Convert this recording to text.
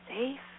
safe